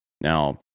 Now